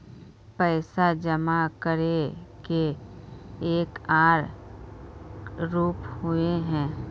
पैसा जमा करे के एक आर रूप होय है?